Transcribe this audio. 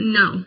no